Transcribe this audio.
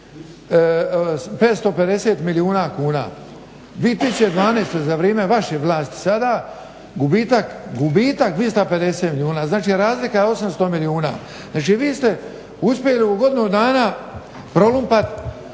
550 milijuna kuna, 2012. za vrijeme vaše vlasti sada gubitak 250 milijuna. Znači razlika je 800 milijuna. Znači vi ste uspjeli u godinu dana prolumpati,